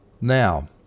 now